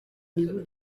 niveau